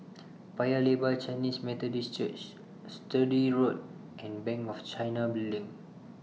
Paya Lebar Chinese Methodist Church Sturdee Road and Bank of China Building